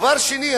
דבר שני,